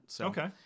Okay